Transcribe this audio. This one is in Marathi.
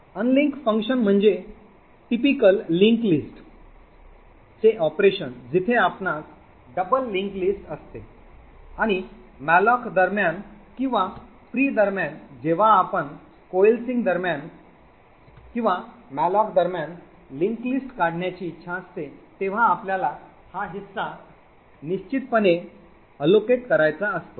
अनलिंक फंक्शन म्हणजे टिपिकल लिंक्ड लिस्ट चे ऑपरेशन जिथे आपणास double linked list असते आणि मॅलोक दरम्यान किंवा फ्री दरम्यान जेव्हा आपणास coalescing दरम्यान किंवा मॅलोक दरम्यान linked list काढण्याची इच्छा असते तेव्हा आपल्याला हा हिस्सा निश्चितपणे वाटप करायचा असतो